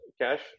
cash